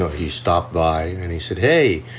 ah he stopped by and he said, hey,